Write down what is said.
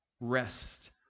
rest